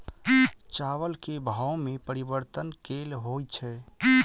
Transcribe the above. चावल केँ भाव मे परिवर्तन केल होइ छै?